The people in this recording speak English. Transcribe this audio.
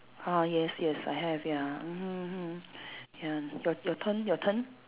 ah yes yes I have ya mmhmm mmhmm ya your your turn your turn